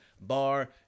Bar